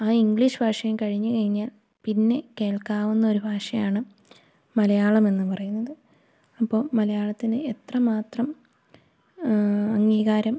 ആ ഇംഗ്ലീഷ് ഭാഷയും കഴിഞ്ഞുകഴിഞ്ഞാല് പിന്നെ കേൾക്കാവുന്നൊരു ഭാഷയാണ് മലയാളമെന്നു പറയുന്നത് അപ്പോള് മലയാളത്തിന് എത്ര മാത്രം അംഗീകാരം